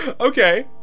Okay